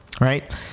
right